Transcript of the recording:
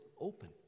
open